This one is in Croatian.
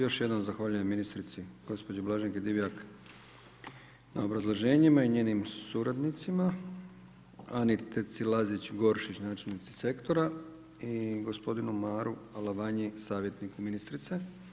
Još jednom zahvaljujem ministrici Blaženki Divjak na obrazloženjima i njenim suradnicima Aniti Cilazić Goršić, načelnici sektora i gospodinu Maru Alavanji savjetniku ministrice.